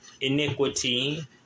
iniquity